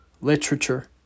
literature